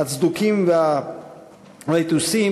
הצדוקים והבייתוסים,